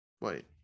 wait